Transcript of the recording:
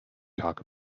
talk